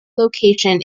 location